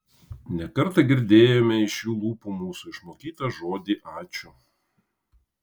ne kartą girdėjome iš jų lūpų mūsų išmokytą žodį ačiū